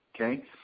okay